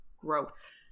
growth